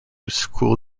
school